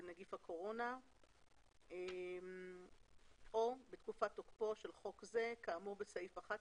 נגיף הקורונה או בתקופת תוקפו שלך חוק זה כאמור בסעיף 11,